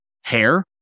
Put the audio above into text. hair